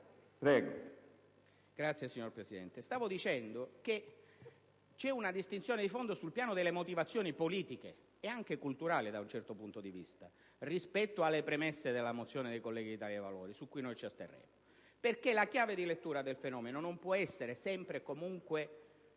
Grazie, signor Presidente. Stavo dicendo che esiste una differenza di fondo sul piano delle motivazioni politiche, e anche culturali da un certo punto di vista, rispetto alle premesse della mozione dei colleghi dell'Italia dei Valori, sulla quale il mio Gruppo si asterrà, perché la chiave di lettura del fenomeno non può essere sempre e comunque